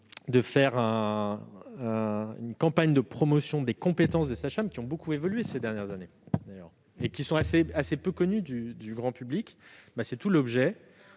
de faire une campagne de promotion des compétences des sages-femmes, qui ont beaucoup évolué ces dernières années et qui sont assez peu connues du grand public, constitue une